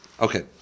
Okay